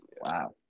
Wow